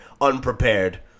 unprepared